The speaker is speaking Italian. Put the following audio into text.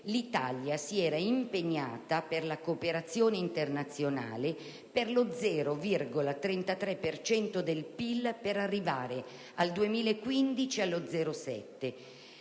l'Italia si era impegnata per la cooperazione internazionale per lo 0,33 per cento del PIL, per arrivare al 2015 allo 0,7,